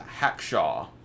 Hackshaw